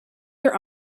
their